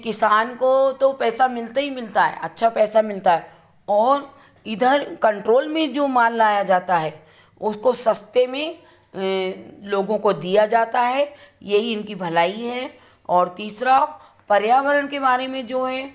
किसान को तो पैसा मिलता ही मिलता है अच्छा पैसा मिलता है और इधर कंट्रोल में जो माल लाया जाता है उसको सस्ते में लोगों को दिया जाता है यही इनकी भलाई है और तीसरा पर्यावरण के बारे में जो है